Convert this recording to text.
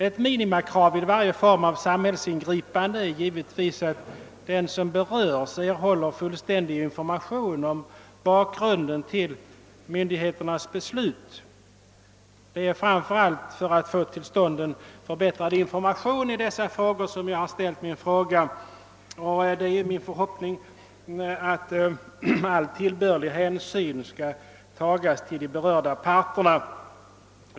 Ett minimikrav vid varje form av samhällsingripande är givetvis att den som berörs erhåller fullständig information om bakgrunden till myndigheternas beslut. Det är framför allt för att få till stånd en förbättrad information om dessa saker som jag har ställt min fråga, och det är min förhoppning att all tillbörlig hänsyn skall tas till berörda parter.